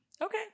Okay